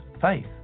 faith